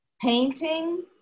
painting